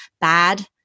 bad